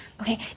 Okay